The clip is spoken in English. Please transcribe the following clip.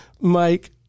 Mike